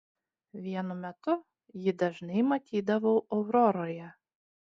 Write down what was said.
vienu metu jį dažnai matydavau auroroje